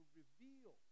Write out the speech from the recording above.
reveal